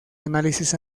análisis